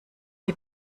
die